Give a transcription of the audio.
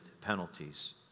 penalties